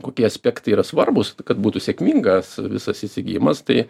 kokie aspektai yra svarbūs kad būtų sėkmingas visas įsigijimas tai